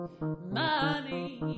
Money